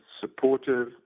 supportive